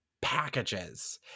packages